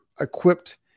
equipped